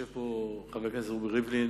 יושב פה חבר הכנסת רובי ריבלין,